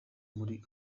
muri